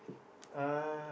uh